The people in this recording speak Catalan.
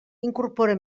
incorpora